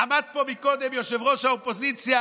עמד פה קודם ראש האופוזיציה,